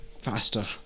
Faster